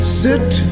sit